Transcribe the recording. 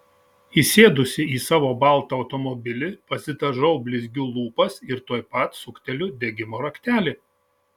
įsėdusi į savo baltą automobilį pasidažau blizgiu lūpas ir tuoj pat sukteliu degimo raktelį